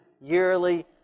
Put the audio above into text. yearly